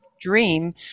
dream